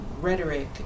rhetoric